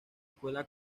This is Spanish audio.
escuela